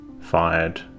fired